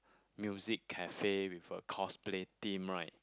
music cafe with a cosplay theme right